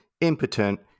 impotent